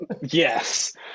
Yes